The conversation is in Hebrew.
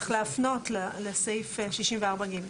צריך להפנות לסעיף 64(ג).